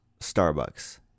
Starbucks